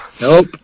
Nope